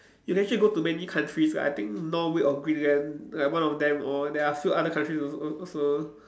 he actually go to many countries like I think Norway or Greenland like one of them or there are a few other countries als~ also